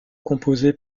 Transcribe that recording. composée